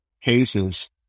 cases